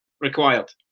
Required